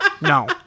No